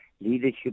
Leadership